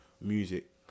music